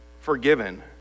forgiven